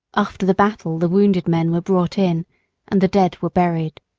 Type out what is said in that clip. after the battle the wounded men were brought in and the dead were buried.